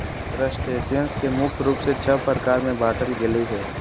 crustaceans के मुख्य रूप से छः प्रकार में बांटल गेले हें